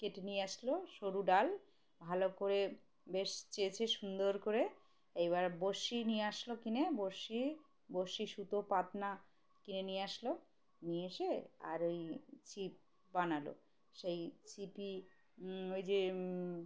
কেটে নিয়ে আসলো সরু ডাল ভালো করে বেশ চেয়েছে সুন্দর করে এবার বর্শি নিয়ে আসলো কিনে বর্শি বর্শি সুতো ফাতনা কিনে নিয়ে আসলো নিয়ে এসে আর ওই ছিপ বানালো সেই ছিপ নিয়ে ওই যে